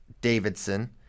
Davidson